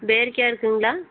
பேரிக்காய் இருக்குங்களா